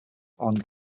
ond